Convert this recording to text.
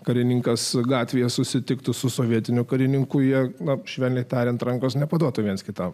karininkas gatvėje susitiktų su sovietiniu karininku ją labai švelniai tariant rankos nepaduotų viens kitam